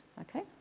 okay